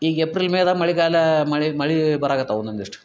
ಈಗ ಎಪ್ರಿಲ್ ಮೇದಾಗ ಮಳೆಗಾಲ ಮಳೆ ಮಳೆ ಬರಕತ್ತಾವೆ ಒಂದೊಂದಿಷ್ಟು